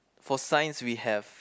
for Science we have